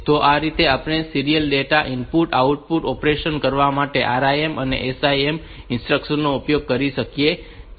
તો આ રીતે આપણે આ સીરીયલ ડેટા ઇનપુટ અને આઉટપુટ ઓપરેશન કરવા માટે આ RIM અને SIM ઇન્સ્ટ્રક્શન્સ નો ઉપયોગ કરી શકીએ છીએ